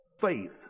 faith